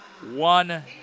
One